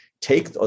take